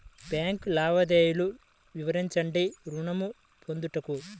Bank లావాదేవీలు వివరించండి ఋణము పొందుటకు?